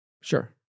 Sure